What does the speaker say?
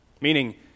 Meaning